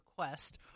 request